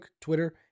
Twitter